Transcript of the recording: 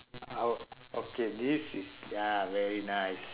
I would okay this is ya very nice